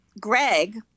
greg